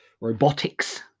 robotics